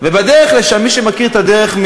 בכוח שנתנו לך,